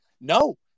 no